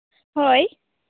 ᱦᱳᱭ